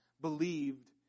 believed